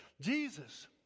Jesus